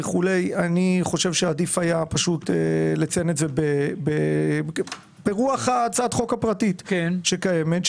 אני חושב שעדיף היה פשוט לציין את זה ברוח הצעת החוק הפרטית שקיימת,